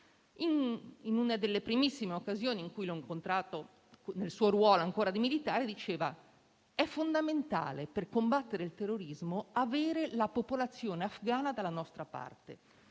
in una delle primissime occasioni in cui l'ho incontrato, nel suo ruolo ancora di militare, diceva che era fondamentale, per combattere il terrorismo, avere la popolazione afghana dalla nostra parte.